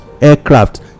aircraft